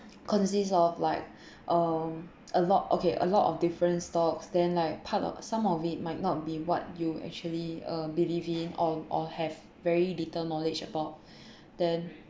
consists of like um a lot okay a lot of different stocks then like part of some of it might not be what you actually uh believe in or or have very little knowledge about then